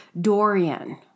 Dorian